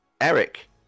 Eric